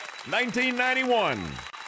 1991